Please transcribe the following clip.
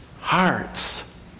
hearts